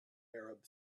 arab